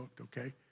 okay